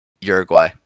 Uruguay